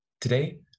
Today